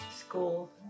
school